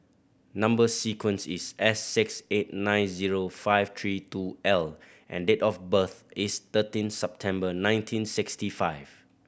number sequence is S six eight nine zero five three two L and date of birth is thirteen September nineteen sixty five